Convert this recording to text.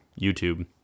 YouTube